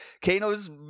Kano's